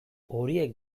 horiek